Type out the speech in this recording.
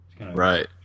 Right